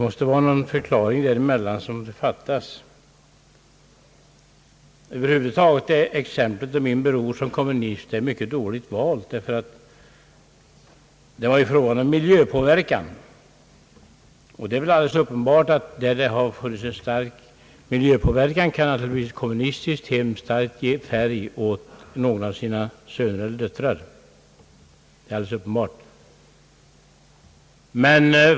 Dessa båda förklaringar stämmer inte överens. Exemplet att min bror är kommunist är över huvud taget mycket dåligt valt, eftersom det ju var fråga om miljöpåverkan. Det är alldeles klart att ett kommunistiskt hem kan utöva en mycket stark påverkan på sina söner och döttrar.